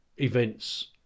events